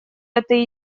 этой